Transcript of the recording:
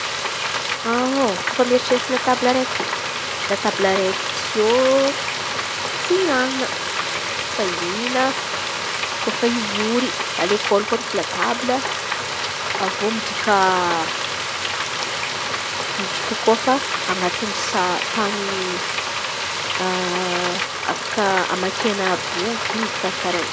Kôfa mieritreritry la table raiky. La tably raiky ty ô fihin̈ana Kôfa hihin̈a, kôfa hivory. Alekôly koa misy latable avy eo midika fa anaty sa tan̈y afaka hamakiana boky karà karàha y.